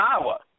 Iowa